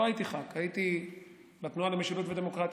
לא הייתי ח"כ, הייתי בתנועה למשילות ודמוקרטיה.